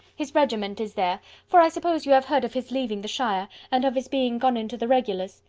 his regiment is there for i suppose you have heard of his leaving the shire, and of his being gone into the regulars.